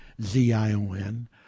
Z-I-O-N